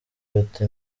bata